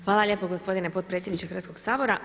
Hvala lijepo gospodine potpredsjedniče Hrvatskog sabora.